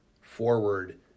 forward